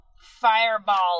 fireball